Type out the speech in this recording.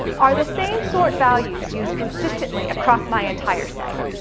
are the same sort values used consistently across my entire site?